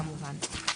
כמובן.